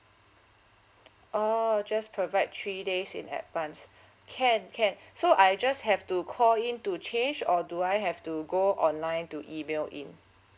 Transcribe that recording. oh just provide three days in advance can can so I just have to call in to change or do I have to go online to email in